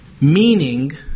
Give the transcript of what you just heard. Meaning